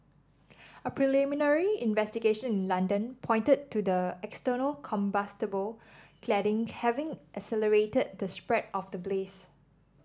a preliminary investigation in London pointed to the external combustible cladding having accelerated the spread of the blaze